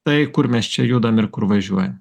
tai kur mes čia judam ir kur važiuojam